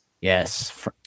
Yes